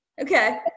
Okay